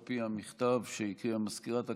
על פי המכתב שהקריאה מזכירת הכנסת,